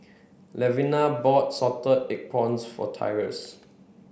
Levina bought salted egg prawns for Tyrus